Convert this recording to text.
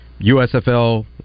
USFL